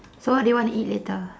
so what do you wanna eat later